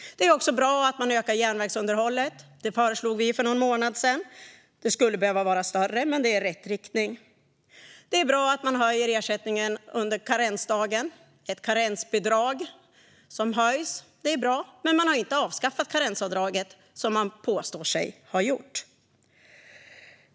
Det är också bra att man ökar järnvägsunderhållet. Det föreslog vi för någon månad sedan. Det skulle behöva vara större, men det är i rätt riktning. Det är bra att man höjer ersättningen under karensdagen - ett karensbidrag som höjs. Men man har inte avskaffat karensavdraget, som man påstår sig ha gjort.